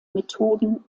methoden